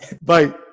Bye